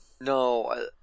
no